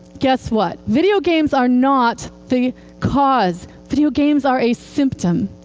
guess what? video games are not the cause. video games are a symptom.